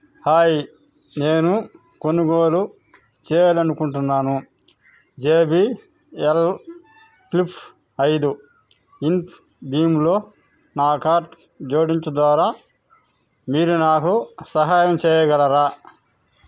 hi నేను కొనుగోలు చేయాలనుకుంటున్నాను జేబిఎల్ ఫ్లిప్ ఐదు ఇన్ఫ్ భీమ్లో నా కార్ట్ జోడించు ద్వారా మీరు నాకు సహాయం చేయగలరా